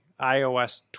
iOS